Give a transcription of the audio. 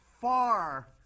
far